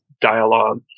dialogue